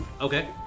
okay